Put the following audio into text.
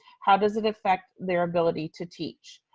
how does it affect their ability to teach?